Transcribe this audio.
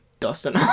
dustin